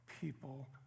people